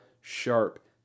Sharp